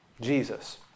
Jesus